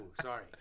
sorry